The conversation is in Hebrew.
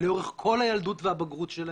לארוך כל הילדות והבגרות שלהם.